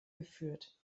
geführt